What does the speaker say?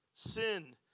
Sin